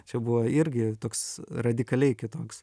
čia buvo irgi toks radikaliai kitoks